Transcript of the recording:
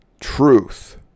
truth